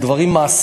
אלא לדברים מעשיים.